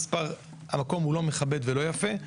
המקום הוא לא מכבד ולא יפה.